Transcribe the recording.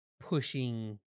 pushing